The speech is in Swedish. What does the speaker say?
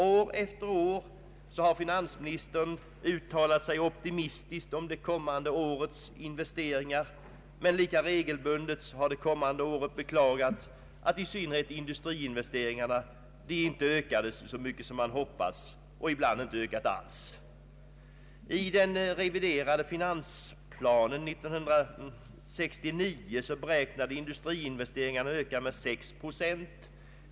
År efter år har finansministern uttalat sig optimistiskt om det kommande årets investeringar, men lika regelbundet har under det kommande året beklagats att i synnerhet industriinvesteringarna inte ökat så mycket som man hoppats och ibland inte alls. I den reviderade finansplanen 1969 beräknades industriinvesteringarna öka med 6 procent.